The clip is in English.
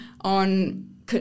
on